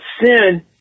sin